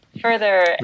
further